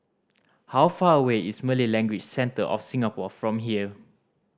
how far away is Malay Language Centre of Singapore from here